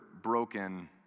broken